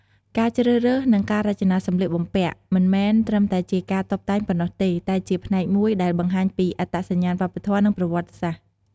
ការជ្រើសរើស និងការរចនាសម្លៀកបំពាក់ មិនមែនត្រឹមតែជាការតុបតែងប៉ុណ្ណោះទេ តែជាផ្នែកមួយដែលបង្ហាញពីអត្តសញ្ញាណវប្បធម៌ និងប្រវត្តិសាស្ត្រ។